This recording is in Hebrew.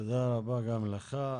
תודה רבה גם לך.